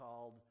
called